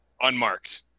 unmarked